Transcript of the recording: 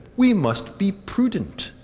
we must be prudent.